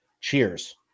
Cheers